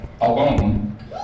alone